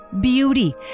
beauty